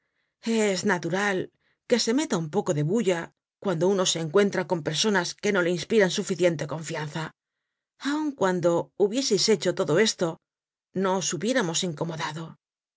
es natural que se meta un poco de bulla cuando uno se encuentra con personas que no le inspiran suficiente confianza aun cuando hubieseis hecho todo esto no os hubiéramos incomodado